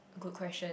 good question